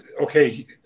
okay